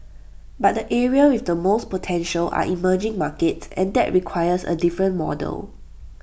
but the areas with the most potential are emerging markets and that requires A different model